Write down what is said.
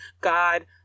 God